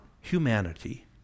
humanity